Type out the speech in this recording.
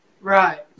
Right